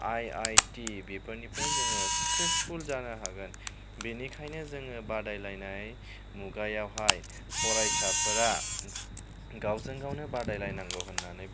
I I T बेफोरनिफ्राय जोङो चाक्सेचपुल जानो हागोन बेनिखायनो जोङो बादायलायनाय मुगायावहाय फरायसाफ्रा गावजों गावनो बादायलायनांगौ होन्नानै